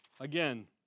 Again